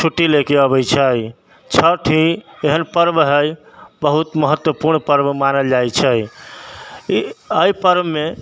छुट्टी लऽ कऽ अबै छै छठ ही एहन पर्व हइ बहुत महत्वपूर्ण पर्व मानल जाइ छै ई एहि पर्वमे